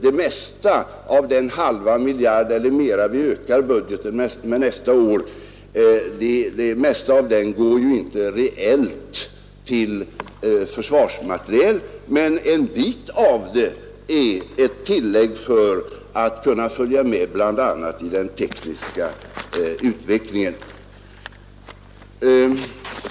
Det mesta av den halva miljard eller mera som vi ökar budgeten med nästa år går ju inte heller reellt till försvarsmateriel. En del av det representerar emellertid ett tillägg för att vi skall kunna följa med bl.a. i den tekniska utvecklingen.